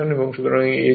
সুতরাং A P হবে